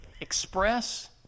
Express